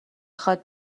خواد